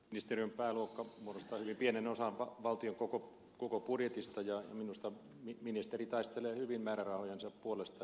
ministeriön pääluokka muodostaa hyvin pienen osan valtion koko budjetista ja minusta ministeri taistelee hyvin määrärahojensa puolesta